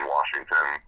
Washington